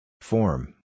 Form